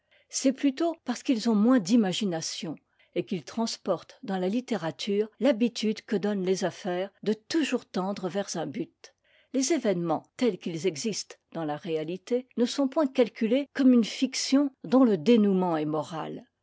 c'est plutôt parce qu'ils ont moins d'imagination et qu'ils transportent dans la littérature l'habitude que donnent les affaires de toujours tendre vers un but les événements tels qu'ils existent dans la réalité ne sont point calculés comme une fiction dont le dénoument est moral